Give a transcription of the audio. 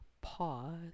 Pause